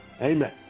Amen